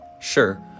Sure